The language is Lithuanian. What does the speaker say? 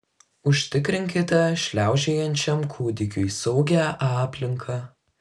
užtikrinkite šliaužiojančiam kūdikiui saugią aplinką